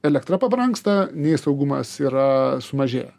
elektra pabrangsta nei saugumas yra sumažėję